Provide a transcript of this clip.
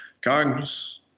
Congress